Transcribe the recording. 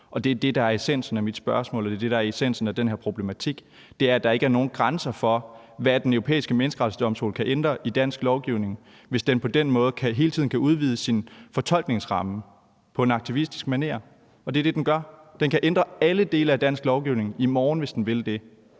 der er essensen af den her problematik. Det er, at der ikke er nogen grænser for, hvad Den Europæiske Menneskerettighedsdomstol kan ændre i dansk lovgivning, hvis den på den måde hele tiden kan udvide sin fortolkningsramme på en aktivistisk maner. Det er det, den gør. Den kan ændre alle dele af dansk lovgivning i morgen, hvis den vil det,